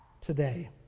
today